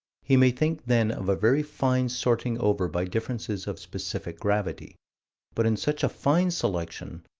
he may think then of a very fine sorting over by differences of specific gravity but in such a fine selection,